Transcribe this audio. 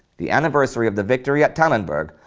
the anniversary of the victory at tannenberg,